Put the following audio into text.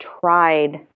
tried